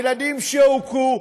ילדים שהוכו,